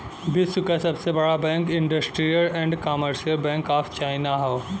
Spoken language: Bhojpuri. विश्व क सबसे बड़ा bank industrial and commercial bank of China हौ